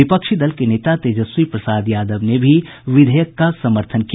विपक्षी दल के नेता तेजस्वी प्रसाद यादव ने भी विधेयक का समर्थन किया